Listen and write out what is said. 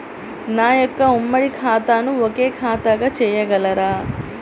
నా యొక్క ఉమ్మడి ఖాతాను ఒకే ఖాతాగా చేయగలరా?